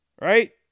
right